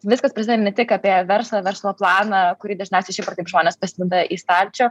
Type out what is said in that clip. viskas prasideda ne tik apie verslą verslo planą kurį dažniausiai šiaip ar taip žmonės pasideda į stalčių